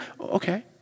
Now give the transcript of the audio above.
Okay